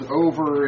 over